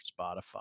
Spotify